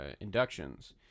inductions